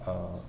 uh